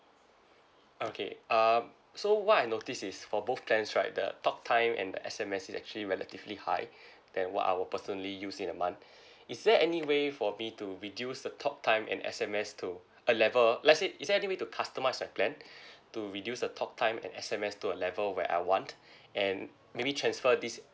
okay uh so what I noticed is for both plans right the talk time and the S_M_S is actually relatively high than what I will personally use in a month is there any way for me to reduce the talk time and S_M_S to a level let's say is there any way to customise a plan to reduce the talk time and S_M_S to a level where I want and maybe transfer this